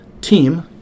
team